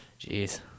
Jeez